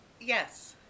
Yes